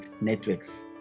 networks